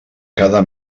cada